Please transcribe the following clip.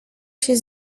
się